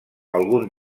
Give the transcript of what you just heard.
algun